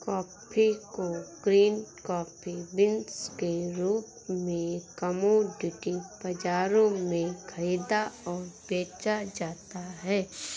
coffee को green coffee beans के रूप में कॉमोडिटी बाजारों में खरीदा और बेचा जाता है